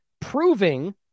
proving